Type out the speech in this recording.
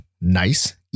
nice